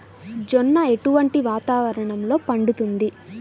జొన్న ఎటువంటి వాతావరణంలో పండుతుంది?